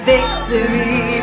Victory